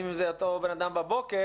האם זה אותו בן אדם בבוקר,